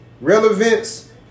relevance